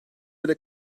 bire